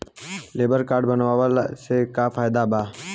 Labour card बनवाला से का फायदा बा?